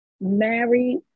married